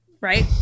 right